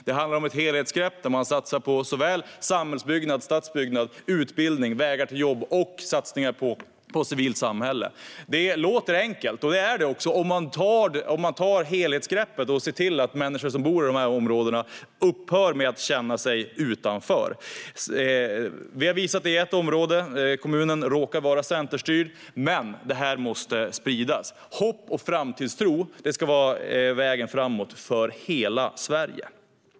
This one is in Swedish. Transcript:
Det handlar om ett helhetsgrepp där man satsar på samhällsbyggnad, stadsbyggnad, utbildning, vägar till jobb och det civila samhället. Det låter enkelt, och det är det också om man tar helhetsgreppet och ser till att människor som bor i dessa områden upphör med att känna sig utanför. Vi har visat detta i ett område - kommunen råkar vara centerstyrd. Men detta måste spridas. Hopp och framtidstro ska vara vägen framåt för hela Sverige.